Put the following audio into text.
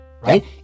right